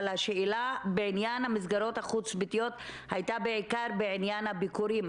אבל השאלה בעניין המסגרות החוץ-ביתיות הייתה בעיקר בעניין הביקורים,